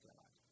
God